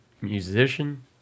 musician